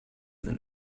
sind